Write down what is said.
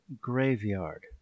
graveyard